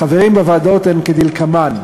החברים בוועדות הם כדלקמן: